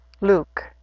Luke